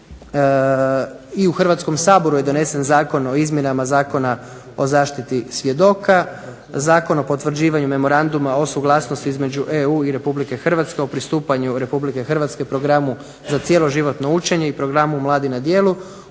i u Hrvatskom saboru je donesen Zakon o izmjenama Zakona o zaštiti svjedoka, Zakon o potvrđivanju memoranduma o suglasnosti između EU i Republike Hrvatske o pristupanju Republike Hrvatske programu za cjeloživotno učenje i programu mladi na djelu